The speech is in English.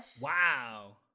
Wow